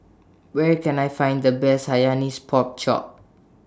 Where Can I Find The Best Hainanese Pork Chop